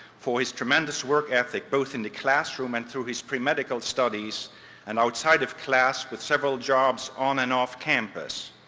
for his tremendous work ethic both in the classroom and through his pre-medical studies and outside of class with several jobs on and off campus.